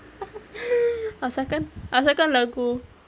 asalkan asalkan lagu